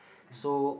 so